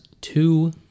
two